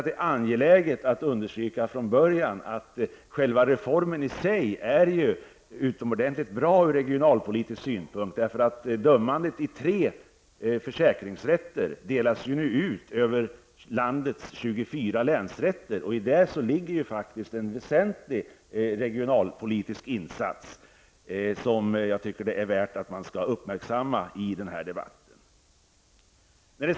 Det är angeläget att från början understryka att reformen i sig är utomordentligt bra ur regionalpolitisk synpunkt. Dömandet i tre försäkringsrätter delas nu ut över landets 24 länsrätter. Det är en väsentlig regionalpolitisk insats som jag tycker bör uppmärksammas i den här debatten.